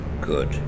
Good